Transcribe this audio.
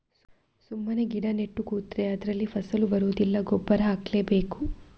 ಸುಮ್ಮನೆ ಗಿಡ ನೆಟ್ಟು ಕೂತ್ರೆ ಅದ್ರಲ್ಲಿ ಫಸಲು ಬರುದಿಲ್ಲ ಗೊಬ್ಬರ ಹಾಕ್ಲೇ ಬೇಕು